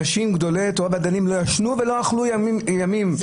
אנשים גדולי תורה ודיינים לא ישנו ולא אכלו ימים --- זה